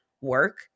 work